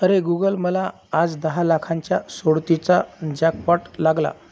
अरे गुगल मला आज दहा लाखांच्या सोडतीचा जॅकपॉट लागला